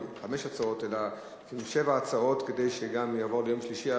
הצעות אלא אפילו שבע הצעות כדי שזה גם יעבור ליום שלישי.